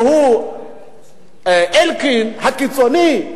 שהוא אלקין הקיצוני,